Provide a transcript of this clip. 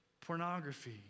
Pornography